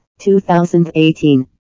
2018